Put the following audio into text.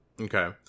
Okay